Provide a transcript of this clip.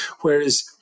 Whereas